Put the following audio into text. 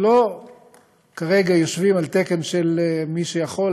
אנחנו כרגע לא יושבים על תקן של מי שיכול